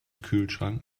kühlschrank